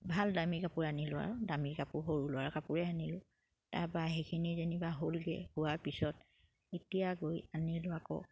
ভাল দামী কাপোৰ আনিলোঁ আৰু দামী কাপোৰ সৰু ল'ৰা কাপোৰে আনিলোঁ তাৰপা সেইখিনি যেনিবা হ'লগে হোৱাৰ পিছত এতিয়া গৈ আনিলোঁ আকৌ